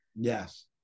Yes